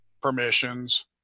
permissions